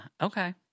okay